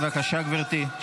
בבקשה, גברתי.